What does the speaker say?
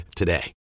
today